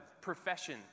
profession